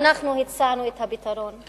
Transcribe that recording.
אנחנו הצענו את הפתרון.